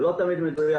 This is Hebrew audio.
זה לא תמיד מדויק.